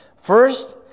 First